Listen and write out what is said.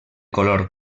color